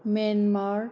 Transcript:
Myanmar